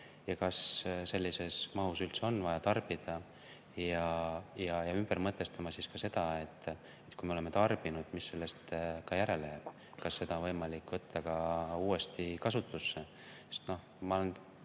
ja kas sellises mahus üldse on vaja tarbida, ning ümber mõtestama ka seda, et kui me oleme tarbinud, siis mis sellest järele jääb. Kas seda on võimalik võtta uuesti kasutusse?